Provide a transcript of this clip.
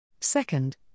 Second